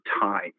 time